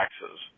taxes